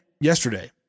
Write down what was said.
yesterday